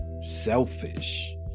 selfish